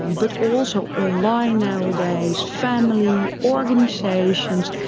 um but also online nowadays, family, organisations,